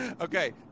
okay